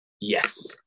yes